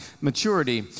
maturity